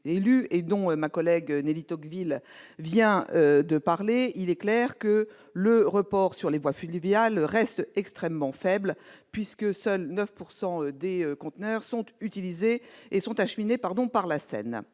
et dont ma collègue Nelly Tocqueville vient de parler, il est clair que le report sur les voies fluviales reste extrêmement faible, puisque seuls 9 % des conteneurs sont acheminés par la Seine.